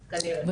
זרים.